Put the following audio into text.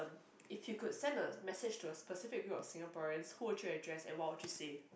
if you could send a message to a specific view of Singaporean who would you address and what would you say